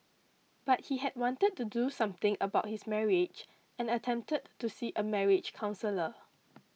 but he had wanted to do something about his marriage and attempted to see a marriage counsellor